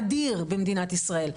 אדיר במדינת ישראל,